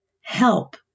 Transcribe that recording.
help